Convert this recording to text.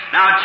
Now